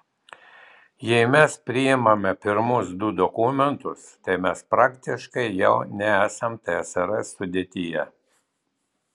jei mes priimame pirmus du dokumentus tai mes praktiškai jau nesam tsrs sudėtyje